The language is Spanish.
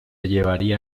llevaría